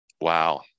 wow